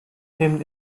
themen